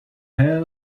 hair